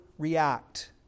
react